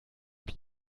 mich